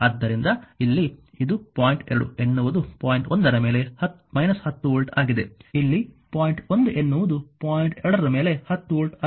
ಆದ್ದರಿಂದ ಇಲ್ಲಿ ಇದು ಪಾಯಿಂಟ್ 2 ಎನ್ನುವುದು ಪಾಯಿಂಟ್ 1 ರ ಮೇಲೆ 10 ವೋಲ್ಟ್ ಆಗಿದೆ ಇಲ್ಲಿ ಪಾಯಿಂಟ್ 1 ಎನ್ನುವುದು ಪಾಯಿಂಟ್ 2 ರ ಮೇಲೆ 10 ವೋಲ್ಟ್ ಆಗಿದೆ